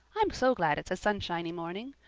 i'm so glad it's a sunshiny morning.